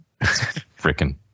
Frickin